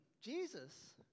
Jesus